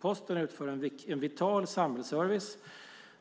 Posten utför en vital samhällsservice,